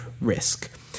risk